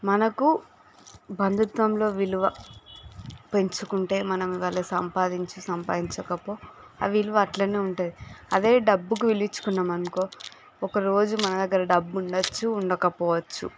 మనకు బంధుత్వంలో విలువ పెంచుకుంటే మనం వేళా సంపాదించు సంపాదించకపో ఆ విలువ అట్లనే ఉంటుంది అదే డబ్బుకు విలువ ఇచ్చుకున్నాము అనుకో ఒకరోజు మన దగ్గర డబ్బు ఉండవచ్చు ఉండకపోవచ్చు